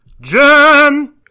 Jen